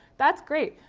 that's great.